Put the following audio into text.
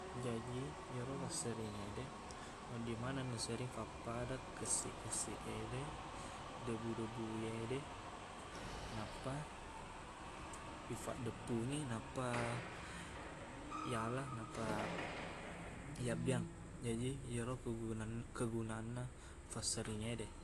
Jaji ero wasseringede, wedding maneng naserring fappada kessiq-kessiq ede, debu-debu yede, nappa ifaddeppungi, nappa iyala, nappa iyabbeyang. Jaji, iyaro kegunan- kegunaanna fasserring ngede.